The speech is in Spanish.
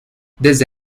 desde